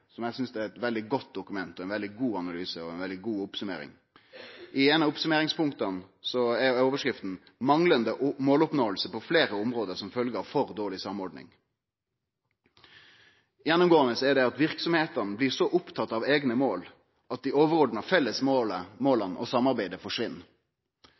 er eit veldig godt dokument, ei veldig god analyse og ei veldig god oppsummering – i eit av oppsummeringspunkta der overskrifta er: «Manglende måloppnåelse på flere områder som følge av for dårlig samordning.» Det er gjennomgåande at verksemdene blir så opptatt av eigne mål at dei overordna felles